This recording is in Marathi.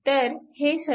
तर हे समीकरण